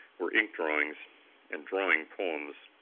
were ink drawings and drawing poems.